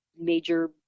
major